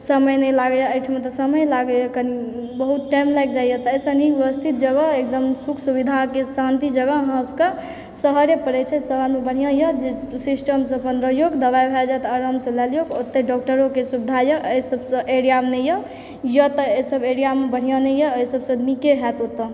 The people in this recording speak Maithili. समय नहि लगैया एहिठुमाँ तऽ समय लागैया कनी बहुत टाइम लागि जाइया तऽ एहिसँ नीक व्यवस्थित जगह एकदम सुख सुविधा के शान्ति जगह अहाँसबके शहरे परै छै शहर मे बढ़िऑं यऽ जे सिस्टम सँ अपन रहियौ दवाइ भऽ जाएत आराम सँ लए लियौ ओतै डॉक्टरो के सुविधा यऽ ऐसब सँ एरिया मे नहि यऽ एहि तऽ एहिसब एरिया मे बढ़िऑं नहि यऽ एहिसब सँ नीके होएत ओतए